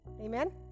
amen